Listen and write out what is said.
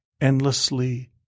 endlessly